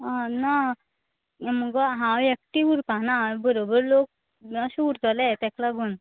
ना मगो हांव एकटे उरपाना बरोबर लोक अशे उरतले तेका लागून